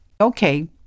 okay